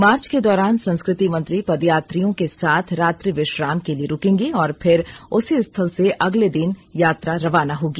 मार्च के दौरान संस्कृति मंत्री पदयात्रियों के साथ रात्रि विश्राम के लिए रूकेंगे और फिर उसी स्थल से अगले दिन यात्रा रवाना होगी